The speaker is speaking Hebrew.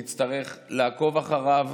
נצטרך לעקוב אחריו,